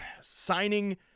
Signing